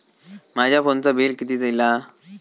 माझ्या फोनचा बिल किती इला?